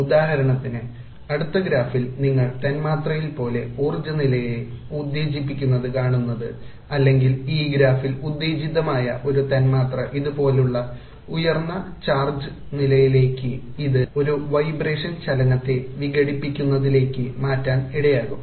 ഉദാഹരണത്തിന്അടുത്ത ഗ്രാഫിൽ നിങ്ങൾ തന്മാത്രയിൽ പോലെ ഊർജ്ജനിലയെ ഉത്തേജിപ്പിക്കുന്നത് കാണുന്നത് അല്ലെങ്കിൽ ഈ ഗ്രാഫിൽ ഉത്തേജിതമായ ഒരു തന്മാത്ര ഇതുപോലുള്ള ഉയർന്ന ഊർജ്ജ നിലയിലേക്ക് ഇത് ഒരു വൈബ്രേഷൻ ചലനത്തെ വിഘടിപ്പിക്കുന്നതിലേക്ക് മാറ്റാൻ ഇടയാക്കും